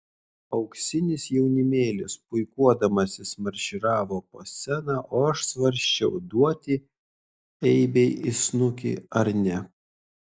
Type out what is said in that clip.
auksinis jaunimėlis puikuodamasis marširavo po sceną o aš svarsčiau duoti eibei į snukį ar ne